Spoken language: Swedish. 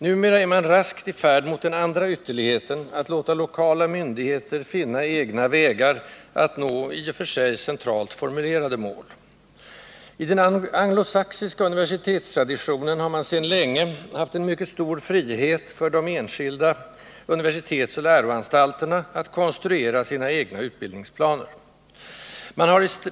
Numera är man raskt på väg mot den andra ytterligheten: att låta lokala myndigheter finna egna vägar att nå i och för sig centralt formulerade mål. I den anglosachsiska universitetstraditionen har man länge haft en mycket stor frihet för de enskilda universitetsoch läroanstalterna att konstruera sina utbildningsplaner.